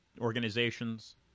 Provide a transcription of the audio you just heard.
organizations